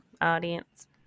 audience